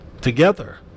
Together